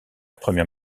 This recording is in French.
première